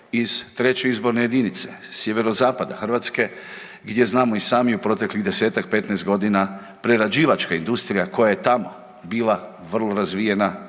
iz treće izborne jedinice, sjeverozapada Hrvatske gdje znamo i sami u proteklih 10-tak, 15 godina, prerađivačka industrija koja je tamo bila vrlo razvijena,